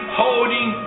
holding